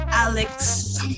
Alex